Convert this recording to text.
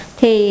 thì